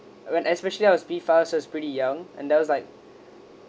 when especially I was P five I was pretty young and that was like